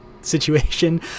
situation